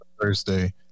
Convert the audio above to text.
Thursday